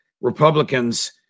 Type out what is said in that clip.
Republicans